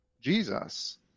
Jesus